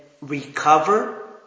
recover